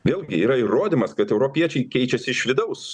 vėlgi yra įrodymas kad europiečiai keičiasi iš vidaus